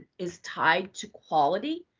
is tied to quality.